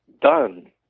done